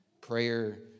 Prayer